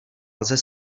lze